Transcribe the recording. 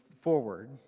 forward